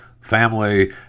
family